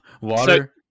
Water